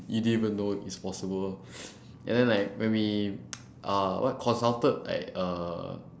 you didn't even know is possible and then like when we uh what consulted like uh